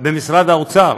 במשרד האוצר.